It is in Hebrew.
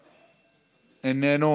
איננו.